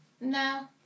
no